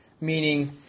meaning